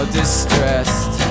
distressed